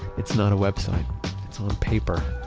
it's not a website. it's on paper.